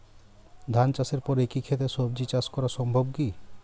ধান চাষের পর একই ক্ষেতে সবজি চাষ করা সম্ভব কি?